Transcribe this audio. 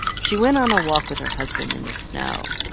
she went on a walk with her husband in the snow.